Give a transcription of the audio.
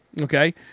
Okay